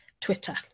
Twitter